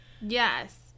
Yes